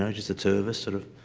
ah just the two of us, sort of,